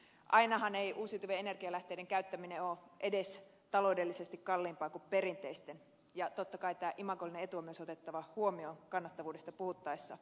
ainahan ei uusiutuvien energialähteiden käyttäminen ole edes taloudellisesti kalliimpaa kuin perinteisten ja totta kai tämä imagollinen etu on myös otettava huomioon kannattavuudesta puhuttaessa